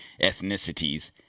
ethnicities